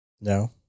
No